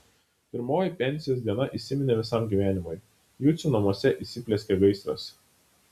pirmoji pensijos diena įsiminė visam gyvenimui jucių namuose įsiplieskė gaisras